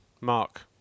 Mark